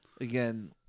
again